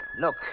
Look